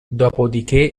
dopodiché